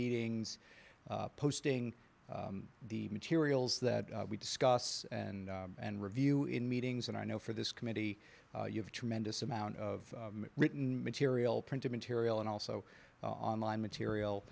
meetings posting the materials that we discuss and and review in meetings and i know for this committee you have a tremendous amount of written material printed material and also online material